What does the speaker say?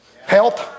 help